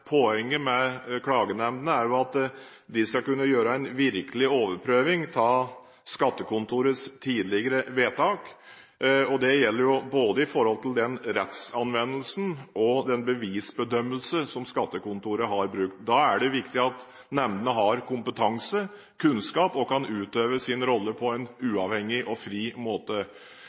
de skal kunne gjøre en virkelig overprøving av skattekontorets tidligere vedtak. Det gjelder både i forhold til den rettsanvendelsen og den bevisbedømmelse som skattekontoret har brukt. Da er det viktig at nemndene har kompetanse, kunnskap og kan utøve sin rolle på en uavhengig og fri måte.